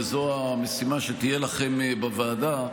וזאת המשימה שתהיה לכם בוועדה.